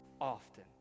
Often